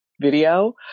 video